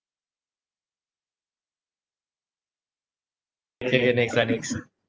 K next ah next